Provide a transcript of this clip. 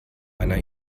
einer